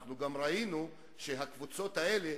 אנחנו גם ראינו שהקבוצות האלה,